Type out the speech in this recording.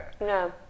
No